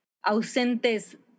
ausentes